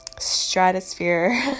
stratosphere